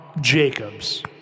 Jacobs